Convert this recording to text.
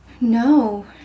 No